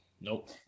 Nope